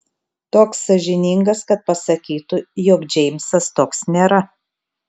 toks sąžiningas kad pasakytų jog džeimsas toks nėra